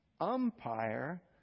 umpire